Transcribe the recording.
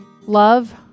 love